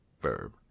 verb